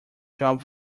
job